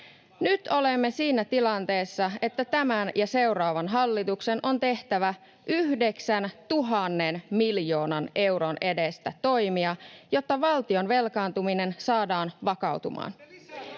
Nyt olemme siinä tilanteessa, että tämän ja seuraavan hallituksen on tehtävä 9 000 miljoonan euron edestä toimia, jotta valtion velkaantuminen saadaan vakautumaan